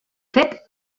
fet